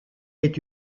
est